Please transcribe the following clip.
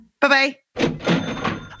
Bye-bye